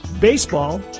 baseball